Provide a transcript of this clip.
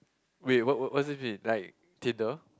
wait what what what is it like theater